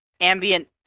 ambient